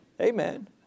Amen